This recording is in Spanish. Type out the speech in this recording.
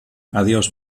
adiós